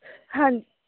ਹਾਂ